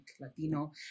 Latino